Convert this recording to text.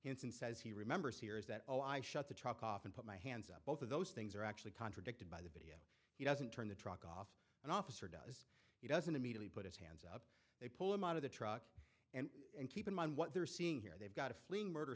hinson says he remembers here is that oh i shut the truck off and put my hands up both of those things are actually contradicted by oh he doesn't turn the truck off an officer does he doesn't immediately put his head they pull him out of the truck and keep in mind what they're seeing here they've got a fleeing murder